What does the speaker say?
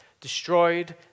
destroyed